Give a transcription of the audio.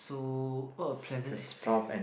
so what a pleasant experience